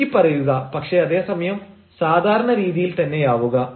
ചുരുക്കി പറയുക പക്ഷേ അതേസമയം സാധാരണ രീതിയിൽ തന്നെയാവുക